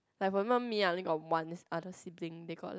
like for example me i only got one other sibling they got like